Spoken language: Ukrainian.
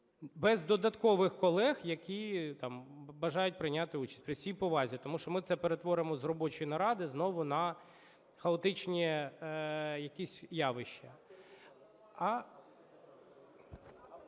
без додаткових колег, які бажають прийняти участь, при всій повазі. Тому що ми це перетворимо з робочої наради знову на хаотичні якісь явища.